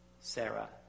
Sarah